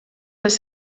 les